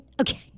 okay